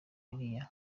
bibiliya